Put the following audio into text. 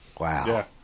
wow